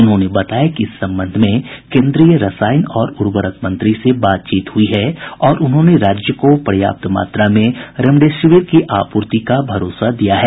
उन्होंने बताया कि इस संबंध में केन्द्रीय रसायन और उर्वरक मंत्री से बातचीत हुई है और उन्होंने राज्य को पर्याप्त मात्रा में रेमडेसिविर की आपूर्ति का भरोसा दिया है